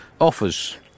offers